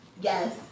Yes